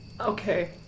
Okay